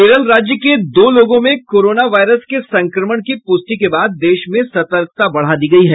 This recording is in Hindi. केरल राज्य के दो लोगों में कोरोना वायरस के संक्रमण की पूष्टि के बाद देश में सतर्कता बढ़ा दी गयी है